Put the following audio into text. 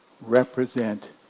represent